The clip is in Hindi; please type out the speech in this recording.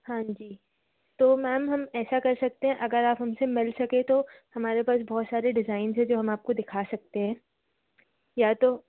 हाँ जी तो मैम हम ऐसा कर सकते हैं अगर आप हमसे मिल सके तो हमारे पास बहुत सारे डिज़ाइंज़ है जो हम आपको दिखा सकते हैं या तो